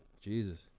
Jesus